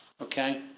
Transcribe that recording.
Okay